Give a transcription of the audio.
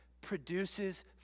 produces